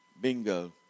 bingo